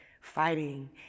fighting